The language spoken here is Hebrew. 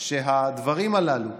שהדברים הללו,